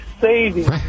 saving